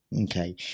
Okay